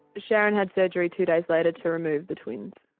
sharon had surgery two days later to remove the twins.